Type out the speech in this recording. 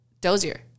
Dozier